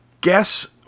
guess